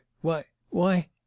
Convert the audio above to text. Why—why—